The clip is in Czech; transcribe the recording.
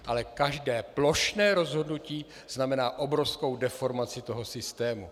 Ale každé plošné rozhodnutí znamená obrovskou deformaci systému.